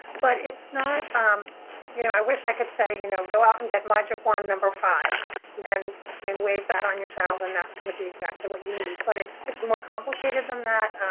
but it's not um you know, i wish i could say, you know, go out and get magic wand number five and and wave that on your child, and that's going to be exactly what you need. but it's it's more complicated than that.